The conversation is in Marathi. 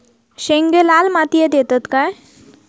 शेंगे लाल मातीयेत येतत काय?